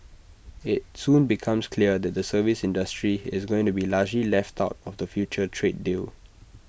IT soon becomes clear that the services industry is going to be largely left out of the future trade deal